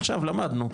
עכשיו למדנו,